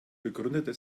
begründete